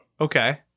Okay